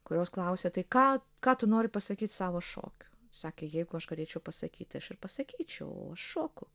kurios klausė tai ką ką tu nori pasakyt savo šokiu sakė jeigu aš galėčiau pasakyti aš ir pasakyčiau šoku